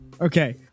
Okay